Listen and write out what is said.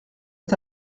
est